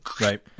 right